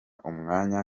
umwanya